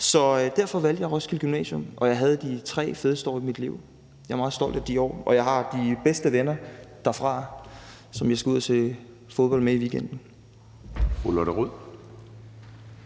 Så derfor valgte jeg Roskilde Gymnasium, og jeg havde de tre fedeste år i mit liv. Jeg er meget stolt af de år, og jeg har de bedste venner derfra, som jeg skal ud og se fodbold med i weekenden.